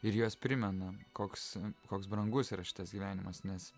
ir jos primena koks koks brangus yra šitas gyvenimas nes